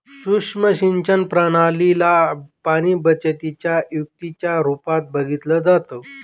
सुक्ष्म सिंचन प्रणाली ला पाणीबचतीच्या युक्तीच्या रूपात बघितलं जातं